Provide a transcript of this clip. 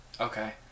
Okay